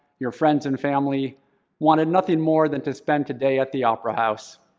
your friends, and family wanted nothing more than to spend today at the opera house.